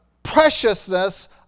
preciousness